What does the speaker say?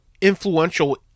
influential